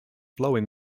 flowing